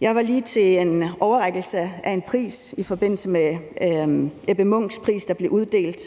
Jeg var lige til overrækkelse af Ebbe Munck Prisen, der blev uddelt,